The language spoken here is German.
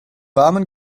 warmen